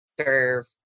serve